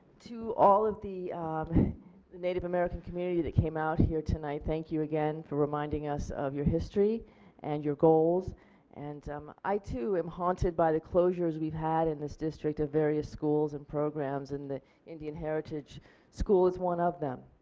to all of the native american community that came out here tonight thank you again for reminding us of your history and your goals and um i too am haunted by the closures we have had in this district of various schools and programs and the indian heritage school is one of them.